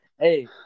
Hey